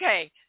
Okay